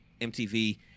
MTV